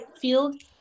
field